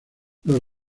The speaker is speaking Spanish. los